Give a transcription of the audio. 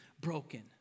broken